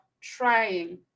trying